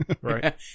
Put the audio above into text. Right